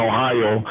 Ohio